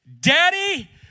daddy